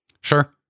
Sure